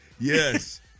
Yes